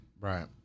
Right